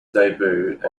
debut